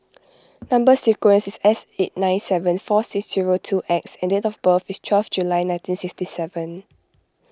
Number Sequence is S eight nine seven four six zero two X and date of birth is twelve July nineteen sixty seven